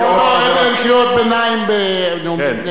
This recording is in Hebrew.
אין קריאות ביניים בנאומים בני דקה.